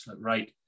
right